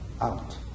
out